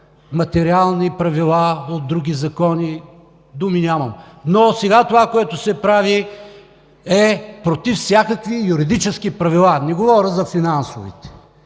материални правила от други закони – думи нямам! Но това, което се прави сега, е против всякакви юридически правила, не говоря за финансовите.